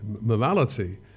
morality